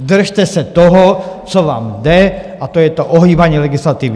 Držte se toho, co vám jde, a to je to ohýbání legislativy!